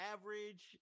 average